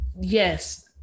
yes